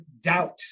doubt